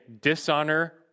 dishonor